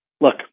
look